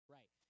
Right